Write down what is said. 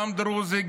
גם דרוזי,